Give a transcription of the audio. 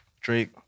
Drake